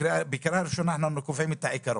בקריאה הראשונה אנחנו קובעים את העיקרון.